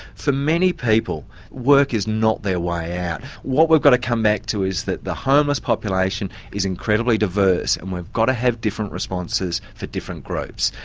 for many people work is not their way out. what we've got to come back to is that the homeless population is incredibly diverse and we've got to have different responses for different groups.